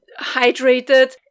hydrated